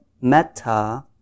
metta